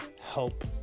help